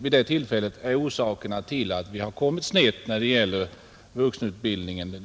vid det tillfället är orsaken till att vi har kommit snett när det gäller vuxenutbildningen.